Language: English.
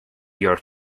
your